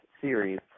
series